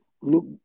look